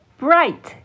bright